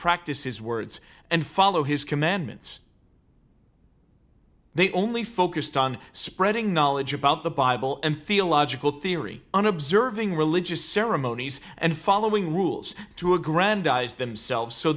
practice his words and follow his commandments they only focused on spreading knowledge about the bible and theological theory on observing religious ceremonies and following rules to aggrandize themselves so